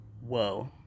whoa